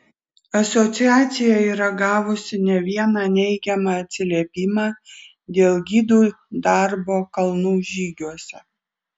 asociacija yra gavusi ne vieną neigiamą atsiliepimą dėl gidų darbo kalnų žygiuose